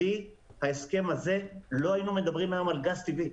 בלי ההסכם הזה לא היינו מדברים היום על גז טבעי.